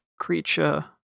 creature